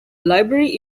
library